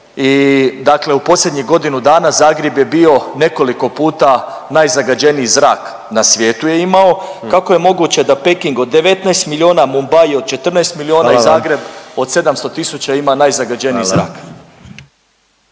dakle u posljednjih godinu dana Zagreb je bio nekoliko puta najzagađeniji zrak na svijetu je imao. Kako je moguće da Peking od 19 milijuna, Mumbai od 14 milijuna …/Upadica predsjednik: Hvala